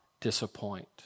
disappoint